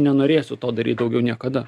nenorėsiu to daryt daugiau niekada